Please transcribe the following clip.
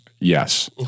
Yes